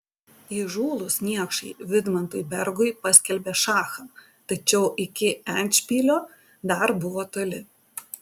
įžūlūs niekšai vidmantui bergui paskelbė šachą tačiau iki endšpilio dar buvo toli